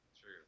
True